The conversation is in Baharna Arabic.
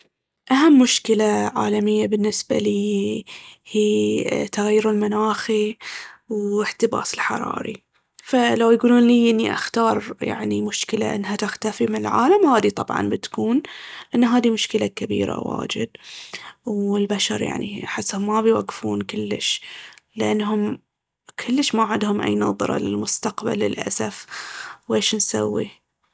أهم مشكلة عالمية بالنسبة ليي هي التغير المناخي والاحتباس الحراري. فلو يقولون ليي اني اختار مشكلة انها تختفي من العالم هاذي طبعاً بتكون لأن هاذي مشكلة كبيرة واجد. والبشر يعني أحسهم ما بيوقفون كلش لأنهم كلش ما عندهم أي نظرة للمستقبل للأسف. ويش نسوي؟